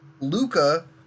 Luca